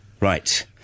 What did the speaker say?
Right